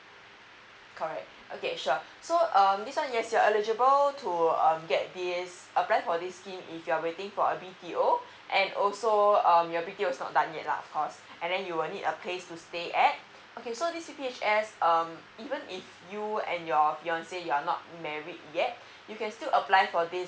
correct okay sure so um this one yes you're eligible to uh get this apply for this scheme if you're waiting for a b t o and also um your b t o is not done yet lah of course and then you will need a place to stay at okay so this p p h s um even if you and your fiancé you're not married yet you can still apply for this